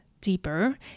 deeper